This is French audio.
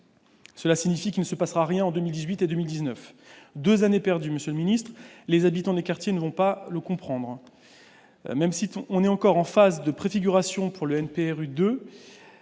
Cela signifie qu'il ne se passera rien en 2018 et en 2019 ! Deux années perdues, monsieur le ministre ! Les habitants des quartiers ne vont pas le comprendre. Même si nous sommes encore en phase de préfiguration pour le NPNRU,